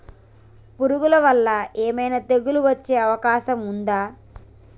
పురుగుల వల్ల ఏమైనా తెగులు వచ్చే అవకాశం ఉందా?